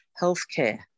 healthcare